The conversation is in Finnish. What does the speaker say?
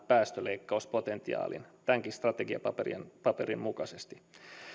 päästöleikkauspotentiaalin tämänkin strategiapaperin mukaisesti